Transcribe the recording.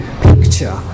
picture